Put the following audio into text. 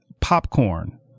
popcorn